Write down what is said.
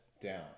down